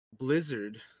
Blizzard